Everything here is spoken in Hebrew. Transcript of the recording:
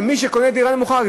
ומי שקונה דירה נמוכה,